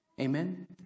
Amen